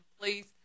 please